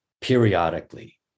periodically